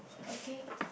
okay